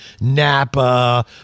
Napa